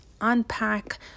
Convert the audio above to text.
unpack